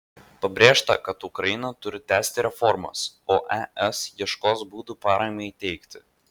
pabrėžta kad ukraina turi tęsti reformas o es ieškos būdų paramai teikti